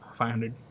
500